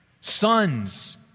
Sons